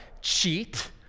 cheat